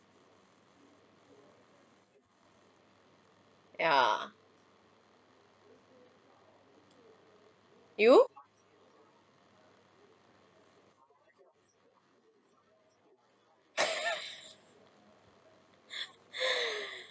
ya you